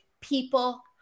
people